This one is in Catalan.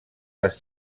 les